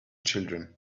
children